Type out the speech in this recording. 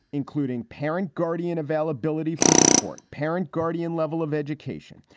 including parent guardian availability for support, parent guardian level of education,